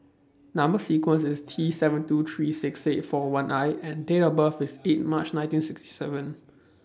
Number sequence IS T seven two three six eight four one I and Date of birth IS eight March nineteen sixty seven